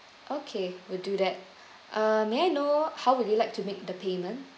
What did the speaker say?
okay we'll do that uh may I know how would you like to make the payment